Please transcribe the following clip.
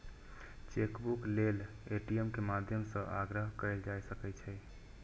chequebook लेल ATM के माध्यम सं आग्रह कैल जा सकै छै